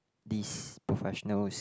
these professionals